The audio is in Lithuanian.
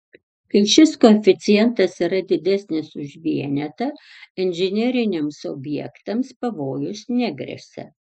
kai šis koeficientas yra didesnis už vienetą inžineriniams objektams pavojus negresia